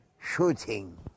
shooting